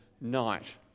night